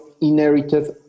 inherited